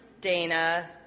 Dana